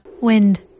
Wind